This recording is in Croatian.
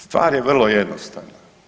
Stvar je vrlo jednostavna.